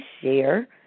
share